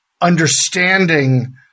understanding